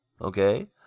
Okay